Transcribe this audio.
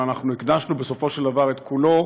אבל אנחנו הקדשנו בסופו של דבר את כולו